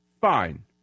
Fine